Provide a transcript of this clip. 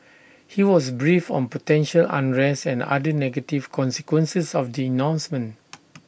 he was briefed on potential unrest and other negative consequences of the announcement